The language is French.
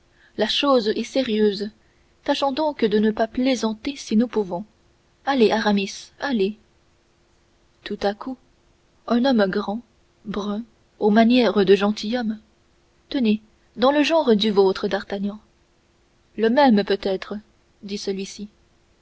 la chose est sérieuse tâchons donc de ne pas plaisanter si nous pouvons allez aramis allez tout à coup un homme grand brun aux manières de gentilhomme tenez dans le genre du vôtre d'artagnan le même peut-être dit celui-ci